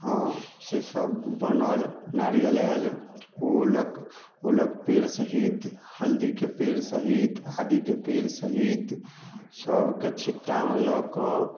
हँ से सब बनल नारियल आएल ओल ओलक पेड़ सहित हल्दीके पेड़ सहित आदिके पेड़ सहित सबके छिट्टामे लऽ कऽ